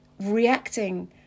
reacting